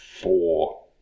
four